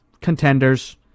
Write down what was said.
contenders